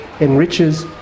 enriches